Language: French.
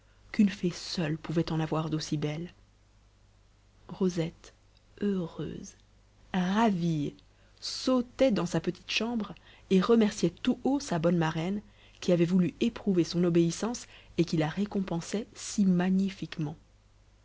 qu'une fée seule pouvait en avoir d'aussi belles rosette heureuse ravie sautait dans sa petite chambre et remerciait tout haut sa bonne marraine qui avait voulu éprouver son obéissance et qui la récompensait si magnifiquement